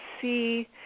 see